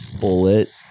bullet